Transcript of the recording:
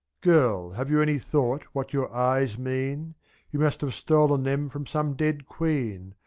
girl, have you any thought what your eyes mean you must have stolen them from some dead queen,